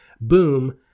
Boom